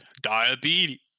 diabetes